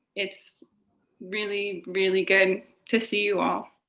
it's really, really good to see you all.